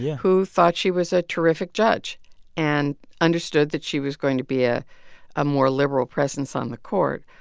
yeah who thought she was a terrific judge and understood that she was going to be ah a more liberal presence on the court,